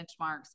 benchmarks